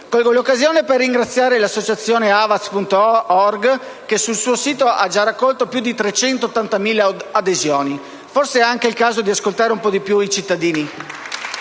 Colgo l'occasione per ringraziare l'associazione Avaaz, che sul suo sito "www.avaaz.org" ha già raccolto più di 380.000 adesioni. Forse è anche il caso di ascoltare un po' di più i cittadini.